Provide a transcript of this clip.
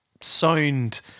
sound